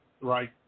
Right